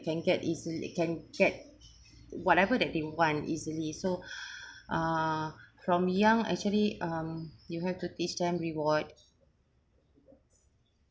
can get easily can get whatever that they want easily so uh from young actually um you have to teach them reward